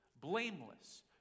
blameless